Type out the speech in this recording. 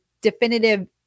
definitive